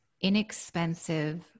inexpensive